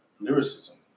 lyricism